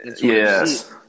Yes